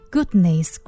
Goodness